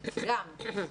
גם.